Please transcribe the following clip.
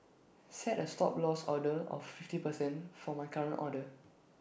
set A Stop Loss order of fifty percent for my current order